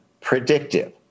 predictive